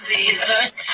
reverse